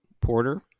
Porter